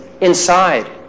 inside